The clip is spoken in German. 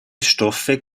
stoffe